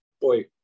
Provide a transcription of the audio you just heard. boy